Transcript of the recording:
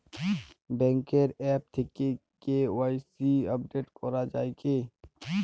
ব্যাঙ্কের আ্যপ থেকে KYC update করা যায় কি?